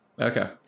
okay